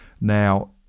Now